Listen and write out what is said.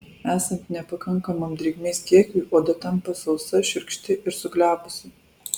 esant nepakankamam drėgmės kiekiui oda tampa sausa šiurkšti ir suglebusi